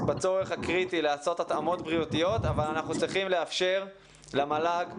בצורך הקריטי לעשות התאמות בריאותיות אבל אנחנו צריכים לאפשר למל"ג,